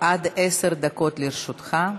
עד עשר דקות לרשותך.